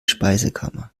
speisekammer